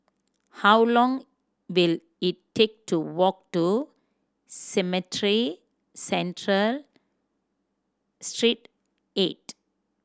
how long will it take to walk to Cemetry Central Street Eight